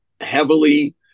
heavily